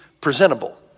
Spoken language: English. presentable